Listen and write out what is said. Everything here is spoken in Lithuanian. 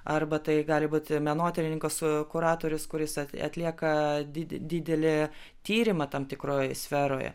arba tai gali būti menotyrininkas kuratorius kuris at atlieka di didelį tyrimą tam tikroj sferoje